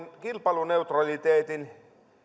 kilpailuneutraliteetin